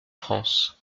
france